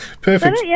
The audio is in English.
Perfect